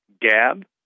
Gab